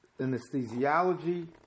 anesthesiology